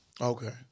Okay